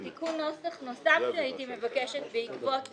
תיקון נוסח נוסף שהייתי מבקשת בעקבות